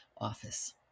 office